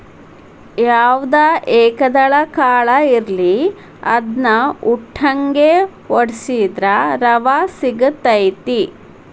ಯಾವ್ದ ಏಕದಳ ಕಾಳ ಇರ್ಲಿ ಅದ್ನಾ ಉಟ್ಟಂಗೆ ವಡ್ಸಿದ್ರ ರವಾ ಸಿಗತೈತಿ